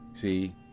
See